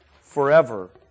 forever